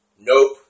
Nope